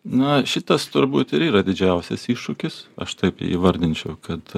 na šitas turbūt ir yra didžiausias iššūkis aš taip jį įvardinčiau kad